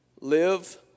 live